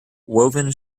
woven